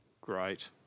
Great